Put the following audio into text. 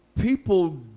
people